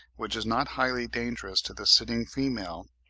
which is not highly dangerous to the sitting female,